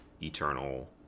eternal